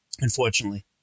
unfortunately